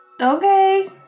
Okay